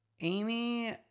Amy